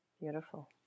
beautiful